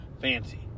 fancy